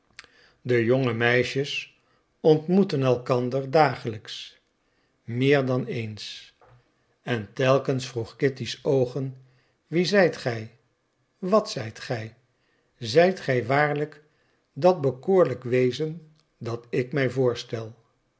de jonge meisjes ontmoetten elkander dagelijks meer dan eens en telkens vroegen kitty's oogen wie zijt gij wat zijt gij zijt gij waarlijk dat bekoorlijk wezen dat ik mij voorstel